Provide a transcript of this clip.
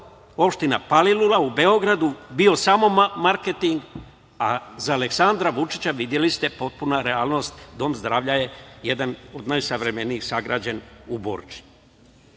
opština Palilula u Beogradu, bio sam marketing, a za Aleksandra Vučića, videli ste potpuna realnost. Dom zdravlja je jedan od najsavremenijih sagrađen u Borči. Tako